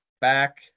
back